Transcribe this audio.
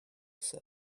said